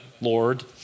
Lord